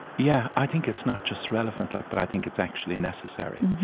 yeah, i think it's not just relevant, like, but i think it's actually necessary,